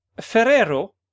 Ferrero